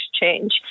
change